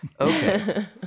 Okay